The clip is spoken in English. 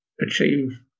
achieve